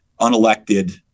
unelected